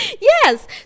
yes